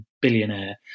billionaire